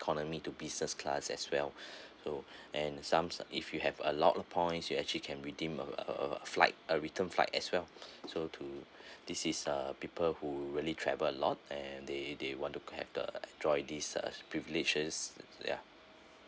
economy to business class as well so and some if you have a lot of points you actually can redeem a a flight a return flight as well so tothis is uh people who really travel a lot and they they want to have the enjoy this privileges ya